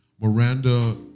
Miranda